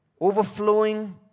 overflowing